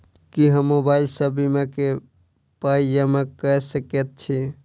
की हम मोबाइल सअ बीमा केँ पाई जमा कऽ सकैत छी?